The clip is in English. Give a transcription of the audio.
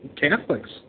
Catholics